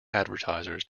advertisers